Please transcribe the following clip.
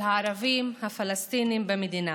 את הבריאות בארץ למצב